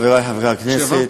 חברי חברי הכנסת,